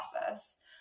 process